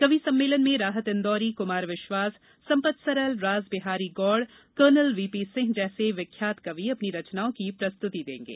कवि सम्मेलन में राहत इंदौरी कुमार विश्वास संपत सरल रास बिहारी गौड़ कर्नल वीपी सिंह जैसे विख्यात कवि अपनी रचनाओं की प्रस्तुति देंगे